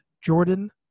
Jordan